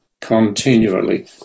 continually